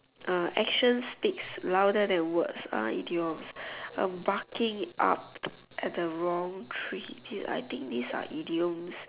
uh actions speaks louder than words ah idioms barking up at the wrong tree I think these are idioms